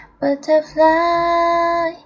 butterfly